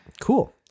Cool